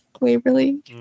Waverly